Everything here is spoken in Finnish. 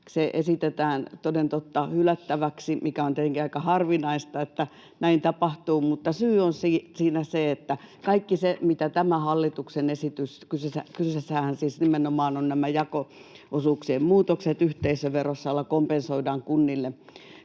Se esitetään toden totta hylättäväksi, mikä on tietenkin aika harvinaista, että näin tapahtuu, mutta syy siinä on se, että kaikki nämä esitykset, mitä tämä hallituksen esitys sisältää — kyseessähän siis nimenomaan ovat nämä jako-osuuksien muutokset yhteisöverossa, joilla kompensoidaan kunnille